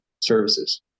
services